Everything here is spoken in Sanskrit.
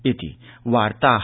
इति वार्ताः